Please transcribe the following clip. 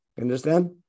Understand